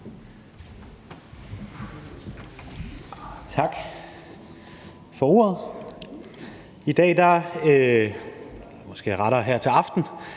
Tak for ordet. I dag eller rettere her til aften